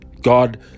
God